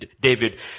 David